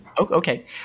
Okay